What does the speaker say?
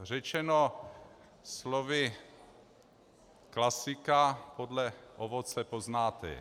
Řečeno slovy klasika, podle ovoce poznáte je.